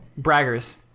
braggers